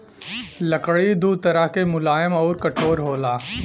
लकड़ी दू तरह के मुलायम आउर कठोर होला